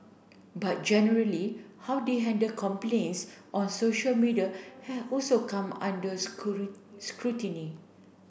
but generally how they handled complaints on social media has also come under scrutiny